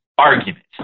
Argument